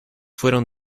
fueron